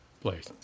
place